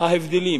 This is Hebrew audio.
ההבדלים